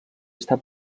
està